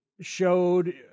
Showed